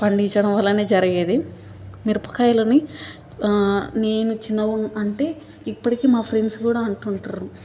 పండిచ్చడం వల్లనే జరిగేది మిరపకాయలని నేను చిన్నగు అంటే ఇప్పడికి మా ఫ్రెండ్స్ కూడా అంటుంటారు